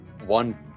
one